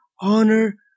honor